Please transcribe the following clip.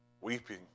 Weeping